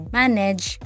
manage